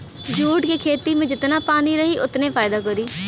jute के खेती में जेतना पानी रही ओतने फायदा करी